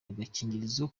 agakingirizo